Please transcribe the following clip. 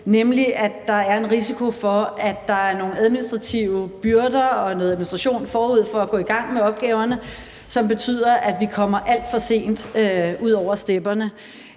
nemlig at der er en risiko for, at der er nogle administrative byrder og noget administration forud for at gå i gang med opgaverne, som betyder, at vi kommer alt for sent ud over stepperne.